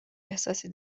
احساسی